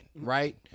right